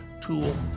tool